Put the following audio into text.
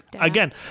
again